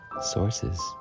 sources